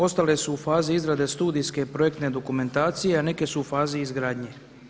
Ostale su u fazi izrade studijske projektne dokumentacije, a neke su u fazi izgradnje.